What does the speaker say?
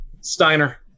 Steiner